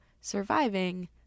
surviving